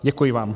Děkuji vám.